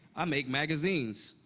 i make magazines.